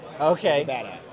Okay